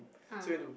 ah